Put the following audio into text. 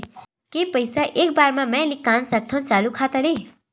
के पईसा एक बार मा मैं निकाल सकथव चालू खाता ले?